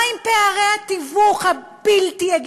מה עם פערי התיווך הבלתי-הגיוניים?